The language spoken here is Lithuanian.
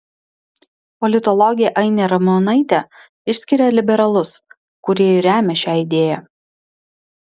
politologė ainė ramonaitė išskiria liberalus kurie ir remia šią idėją